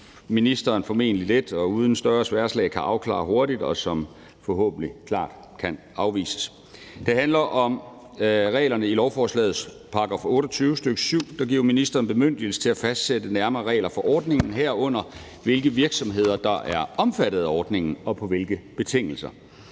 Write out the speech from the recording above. som ministeren formentlig let og uden større sværdslag kan afklare hurtigt, og som forhåbentlig klart kan afvises. Det handler om reglerne i lovforslagets § 28, stk. 7, der giver ministeren bemyndigelse til at fastsætte nærmere regler for ordningen, herunder hvilke virksomheder der er omfattet af ordningen og på hvilke betingelser.